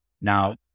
Now